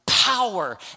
power